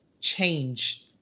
change